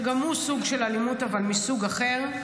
שגם הוא סוג של אלימות, אבל מסוג אחר.